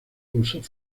usaba